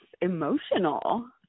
emotional